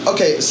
Okay